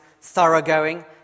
thoroughgoing